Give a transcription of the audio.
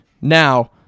now